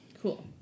Cool